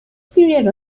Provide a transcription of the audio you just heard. period